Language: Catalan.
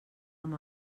amb